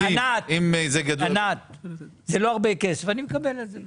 זה לא הרבה כסף, אני מקבל את זה.